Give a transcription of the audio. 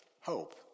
hope